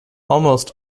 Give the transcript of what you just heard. almost